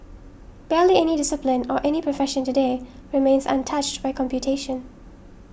barely any discipline or any profession today remains untouched by computation